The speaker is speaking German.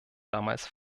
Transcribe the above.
damals